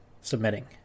submitting